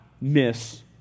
miss